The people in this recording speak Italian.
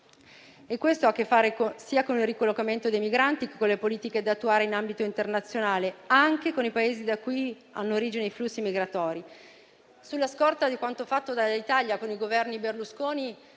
Ciò ha che fare sia con il ricollocamento dei migranti, sia con le politiche da attuare in ambito internazionale, anche con i Paesi da cui hanno origine i flussi migratori. Sulla scorta di quanto fatto dall'Italia con i governi Berlusconi,